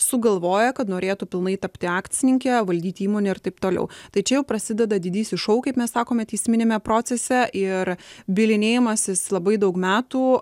sugalvoja kad norėtų pilnai tapti akcininke valdyti įmonę ir taip toliau tai čia jau prasideda didysis šou kaip mes sakome teisminiame procese ir bylinėjimasis labai daug metų